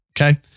Okay